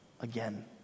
again